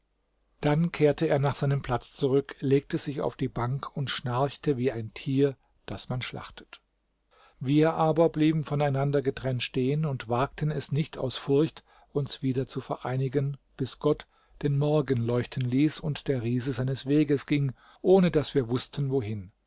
dann kehrte er nach seinem platz zurück legte sich auf die bank und schnarchte wie ein tier das man schlachtet wir aber blieben voneinander getrennt stehen und wagten es nicht aus furcht uns wieder zu vereinigen bis gott den morgen leuchten ließ und der riese seines weges ging ohne daß wir wußten wohin